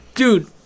Dude